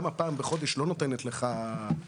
גם הפעם בחודש לא נותן לך הכי מדויק,